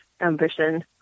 ambition